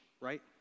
right